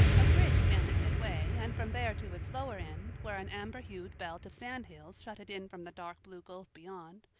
a bridge spanned it midway and from there to its lower end, where an amber-hued belt of sand-hills shut it in from the dark blue gulf beyond,